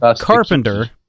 Carpenter